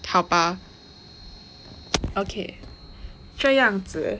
好吧 okay 这样子